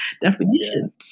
definition